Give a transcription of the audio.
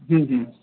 हम्म हम्म